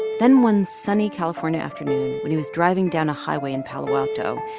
then one sunny california afternoon when he was driving down a highway in palo alto,